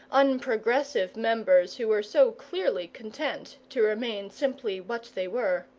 unprogressive members who were so clearly content to remain simply what they were.